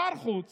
שר חוץ